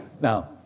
Now